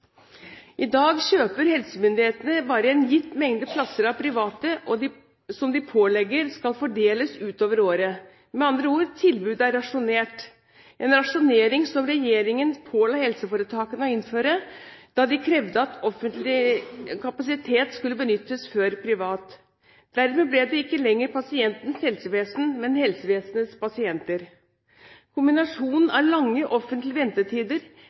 I dag kjøper helsemyndighetene bare en gitt mengde plasser av private, som de pålegger skal fordeles utover året. Med andre ord: Tilbudet er rasjonert, en rasjonering som regjeringen påla helseforetakene å innføre, da de krevde at offentlig kapasitet skulle benyttes før privat. Dermed ble det ikke lenger pasientens helsevesen, men helsevesenets pasienter. Kombinasjonen av lange offentlige ventetider,